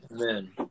Amen